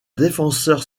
défenseur